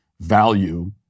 value